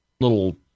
little